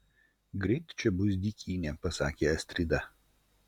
greit čia bus dykynė pasakė astrida